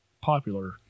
popular